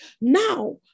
Now